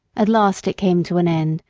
at last it came to an end,